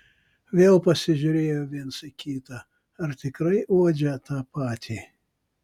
vėl pasižiūrėjo viens į kitą ar tikrai uodžia tą patį